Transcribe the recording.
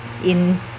in